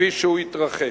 כפי שהוא התרחש.